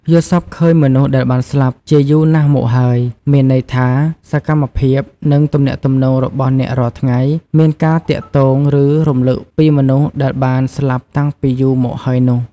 យល់សប្តិឃើញមនុស្សដែលបានស្លាប់ជាយូរណាស់មកហើយ មានន័យថា សកម្មភាព និងទំនាក់ទំនងរបស់អ្នករាល់ថ្ងៃ មានការទាក់ទងឬ រំលឹកពីមនុស្សដែលបាន ស្លាប់តាំងពីយូរមកហើយនោះ។